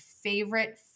favorite